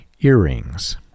earrings